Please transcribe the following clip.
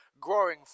growing